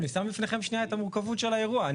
אני שם לפניכם שנייה את המורכבות של האירוע.